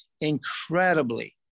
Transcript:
incredibly